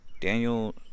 Daniel